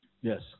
Yes